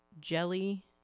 Jelly